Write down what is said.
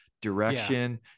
direction